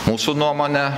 mūsų nuomone